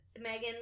Megan